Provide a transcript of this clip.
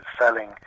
selling